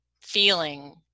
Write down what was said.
feeling